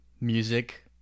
music